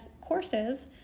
courses